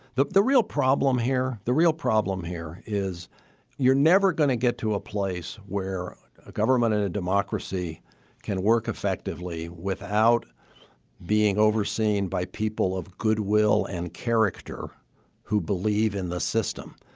the the real problem here. the real problem here is you're never going to get to a place where a government in a democracy can work effectively without being overseen by people of goodwill and character who believe in the system.